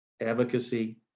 advocacy